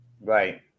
Right